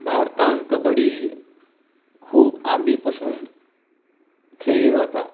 भारतांत कबड्डी खूब आदी पासून खेळ्ळी वता